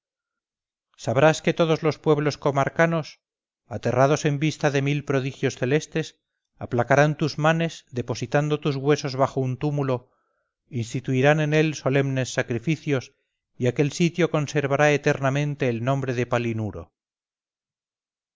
sabrás que todos los pueblos comarcanos aterrados en vista de mil prodigios celestes aplacarán tus manes depositando tus huesos bajo un túmulo instituirán en él solemnes sacrificios y aquel sitio conservará eternamente el nombre de palinuro